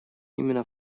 именно